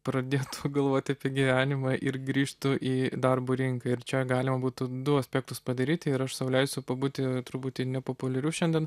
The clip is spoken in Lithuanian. pradėtų galvoti apie gyvenimą ir grįžtų į darbo rinką ir čia galima būtų du aspektus padaryti ir aš sau leisti pabūti truputį nepopuliariu šiandien